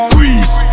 Grease